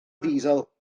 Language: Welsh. ddiesel